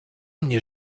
mnie